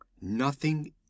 Nothing